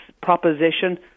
proposition